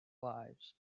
lives